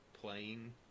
playing